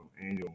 annual